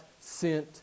sent